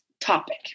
topic